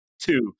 two